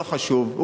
לא חשוב,